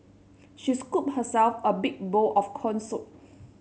she scooped herself a big bowl of corn soup